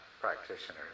practitioner